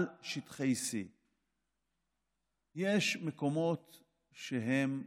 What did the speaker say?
על שטחי C. יש מקומות שהם,